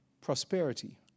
prosperity